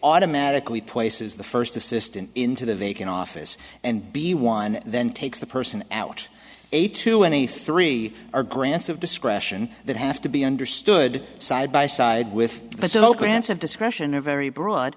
automatically places the first assistant into the vacant office and b one then takes the person out eight to any three or grants of discretion that have to be understood side by side with solo grants of discretion a very broad